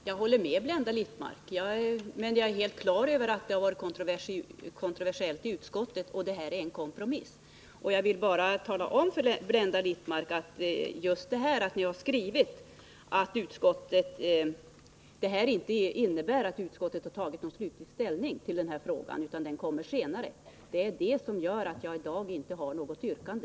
Herr talman! Jag håller med Blenda Littmarck, men jag är helt på det klara med att frågan var kontroversiell i utskottet och att det här förslaget är en kompromiss. Jag vill bara tala om för Blenda Littmarck, att just detta att ni har skrivit att det här inte innebär att utskottet har tagit slutlig ställning, gör att jag i dag inte har något yrkande.